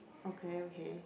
okay okay